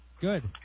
Good